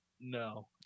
No